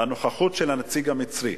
הנוכחות של הנציג המצרי.